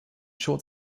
short